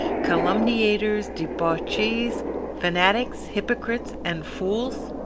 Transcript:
calumniators, debauchees, fanatics, hypocrites, and fools?